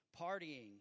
partying